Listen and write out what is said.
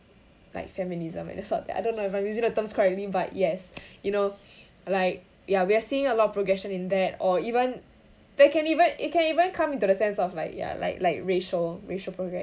like feminism and the sort I don't know if I'm using the terms correctly but yes you know like ya we are seeing a lot of progression in that or even they can even it can even come into the sense of like ya like like racial racial progression